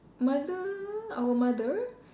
mother our mother